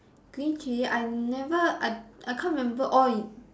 green chili I never I I can't remember orh y~